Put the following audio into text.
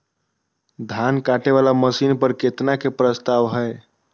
धान काटे वाला मशीन पर केतना के प्रस्ताव हय?